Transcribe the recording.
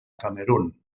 camerun